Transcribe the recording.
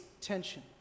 tension